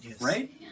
Right